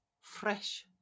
fresh